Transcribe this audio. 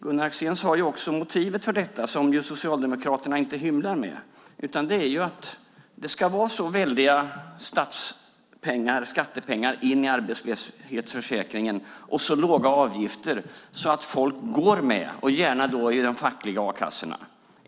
Gunnar Axén sade också att motivet för detta, som ju Socialdemokraterna inte hymlar med, är att det ska vara väldiga skattebelopp in i arbetslöshetsförsäkringen och så låga avgifter att folk går med, och det ska gärna vara i de fackliga a-kassorna de går med.